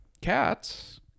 Cats